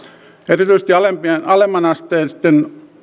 erityisesti alemmanasteisten